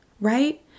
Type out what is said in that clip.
right